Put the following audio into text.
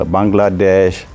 Bangladesh